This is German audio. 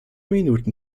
minuten